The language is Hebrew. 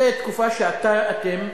זו תקופה שאתם שולטים,